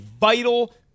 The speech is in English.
vital